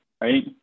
right